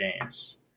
games